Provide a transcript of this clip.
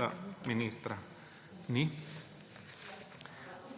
da ministra ni.